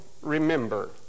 remember